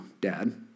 dad